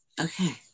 Okay